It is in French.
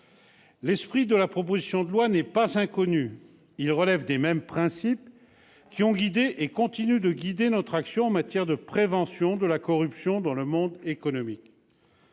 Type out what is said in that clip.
L'esprit de la proposition de loi n'est pas inconnu. Il relève des mêmes principes que ceux qui ont guidé et continuent de guider notre action en matière de prévention de la corruption dans le monde économique.